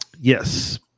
yes